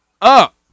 up